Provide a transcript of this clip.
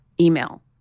email